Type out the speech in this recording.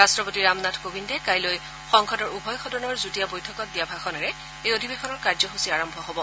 ৰাট্টপতি ৰামনাথ কোবিন্দে কালি সংসদৰ উভয় সদনৰ যুটীয়া বৈঠকত দিয়া ভাষণেৰে এই অধিবেশনৰ কাৰ্যসুচী আৰম্ভ হব